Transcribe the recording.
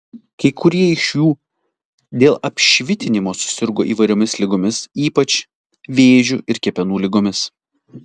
kai kurie iš jų dėl apšvitinimo susirgo įvairiomis ligomis ypač vėžiu ir kepenų ligomis